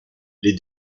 les